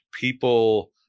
people